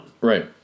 Right